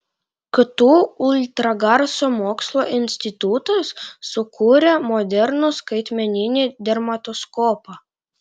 ktu ultragarso mokslo institutas sukūrė modernų skaitmeninį dermatoskopą